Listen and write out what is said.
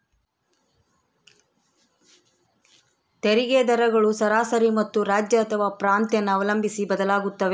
ತೆರಿಗೆ ದರಗಳು ಸರಾಸರಿ ಮತ್ತು ರಾಜ್ಯ ಅಥವಾ ಪ್ರಾಂತ್ಯನ ಅವಲಂಬಿಸಿ ಬದಲಾಗುತ್ತವೆ